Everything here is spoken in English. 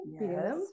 Yes